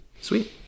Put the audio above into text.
Sweet